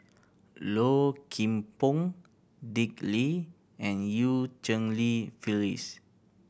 Low Kim Pong Dick Lee and Eu Cheng Li Phyllis